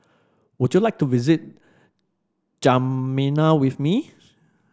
would you like to visit N'Djamena with me